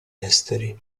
esteri